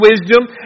wisdom